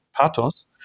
pathos